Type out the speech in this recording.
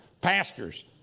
Pastors